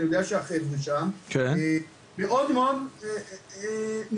יודע שהחבר'ה שם מאוד מאוד מתכוננים.